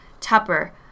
Tupper